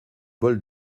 bol